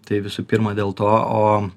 tai visų pirma dėl to o